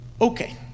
Okay